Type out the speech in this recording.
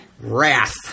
Wrath